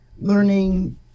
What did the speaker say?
learning